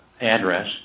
address